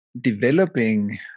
developing